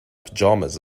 pyjamas